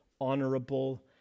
honorable